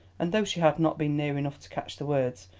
and though she had not been near enough to catch the words,